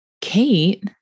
Kate